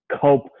cope